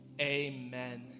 amen